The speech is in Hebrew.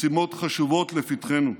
משימות חשובות לפתחנו.